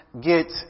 get